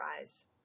eyes